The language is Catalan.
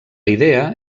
idea